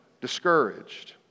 discouraged